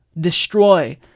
destroy